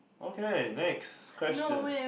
okay next question